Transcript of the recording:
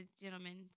gentlemen